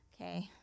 Okay